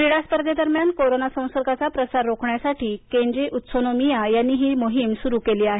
क्रीडा स्परधादरम्यान कोरोना संसर्ग चा प्रसार रोखण्यासाठी केजी उत्सुनोमिया यांनी ही स्वाक्षरी मोहीम सुरू केली आहे